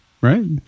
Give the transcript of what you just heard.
right